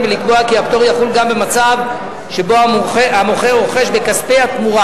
ולקבוע כי הפטור יחול גם במצב שבו המוכר רוכש בכספי התמורה,